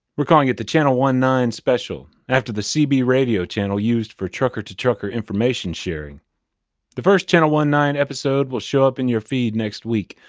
we're calling it the channel one nine special after the cb radio channel used for trucker to trucker information sharing the first channel one nine episode will show up in your feed next week,